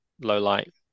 low-light